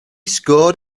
scored